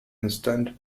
instant